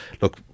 look